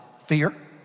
Fear